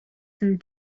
some